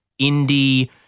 indie